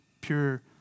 pure